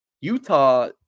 Utah